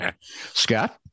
Scott